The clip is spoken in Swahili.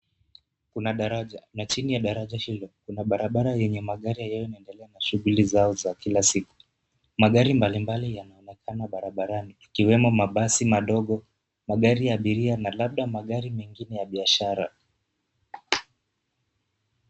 Kuna daraja, na chini ya daraja, kuna barabara yenye magari yalioendelea na shughuli zao, za kila siku, magari mbalimbali yanaonekana barabarani, ikiwemo mabasi madogo, magari ya abiria, na labda magari mengine ya biashara.